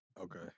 Okay